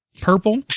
purple